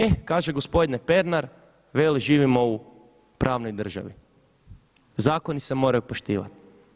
Eh kaže gospodine Pernar, veli živimo u pravnoj državi, zakoni se moraju poštivati.